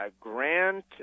Grant